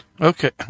Okay